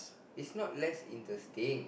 is not less interesting